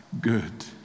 good